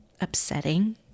upsetting